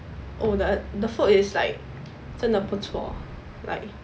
the the food is like 真的不错